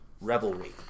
revelry